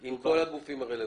עם כל הגופים הרלוונטיים.